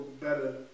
Better